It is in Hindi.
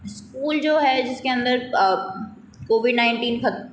स्कूल जो है जिसके अंदर कोविड नाइनटीन